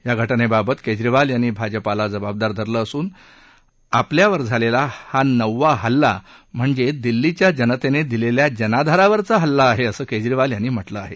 या घटनेबाबत केजरीवाल यांनी भाजपाला जबाबदार धरलं असून आपल्यावर झालेला हा नववा हल्ला म्हणजे दिल्लीच्या जनतेने दिलेल्या जानाधारावरचा हल्ला आहे असं केजरिवाल यांनी म्हटलं आहे